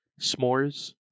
s'mores